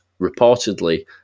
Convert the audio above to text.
reportedly